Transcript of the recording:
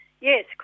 yes